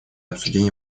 обсуждение